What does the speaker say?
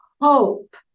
hope